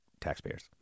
taxpayers